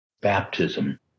baptism